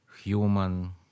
human